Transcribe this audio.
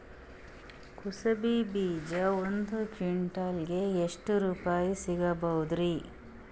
ಕುಸಬಿ ಬೀಜ ಒಂದ್ ಕ್ವಿಂಟಾಲ್ ಗೆ ಎಷ್ಟುರುಪಾಯಿ ಸಿಗಬಹುದುರೀ?